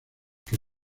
que